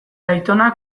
aitonak